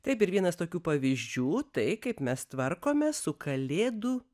taip ir vienas tokių pavyzdžių tai kaip mes tvarkomės su kalėdų